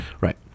right